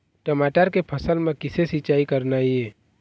टमाटर के फसल म किसे सिचाई करना ये?